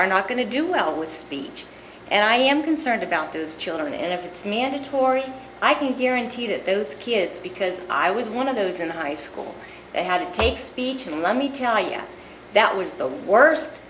are not going to do well with speech and i am concerned about those children and if it's mandatory i can guarantee that those kids because i was one of those in high school they have to take speech and let me tell you that was the worst